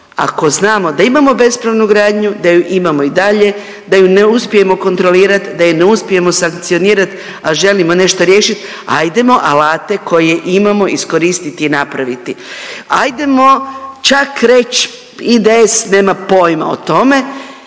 Ako znamo da imamo bespravnu gradnju, da ju imamo i dalje, da ju ne uspijemo kontrolirati, da je ne uspijemo sankcionirati, a želimo nešto riješiti hajdemo alate koje imamo iskoristiti i napraviti. Hajdemo čak reći IDS nema pojma o tome,